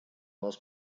нас